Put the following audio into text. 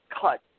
cut